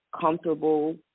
comfortable